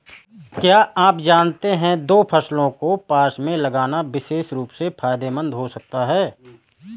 क्या आप जानते है दो फसलों को पास में लगाना विशेष रूप से फायदेमंद हो सकता है?